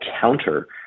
counter